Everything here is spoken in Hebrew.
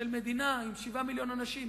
של מדינה עם 7 מיליוני אנשים,